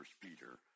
Peter